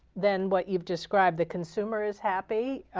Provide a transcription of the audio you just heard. than what you've described. the consumer is happy.